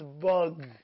bug